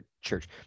church